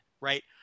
right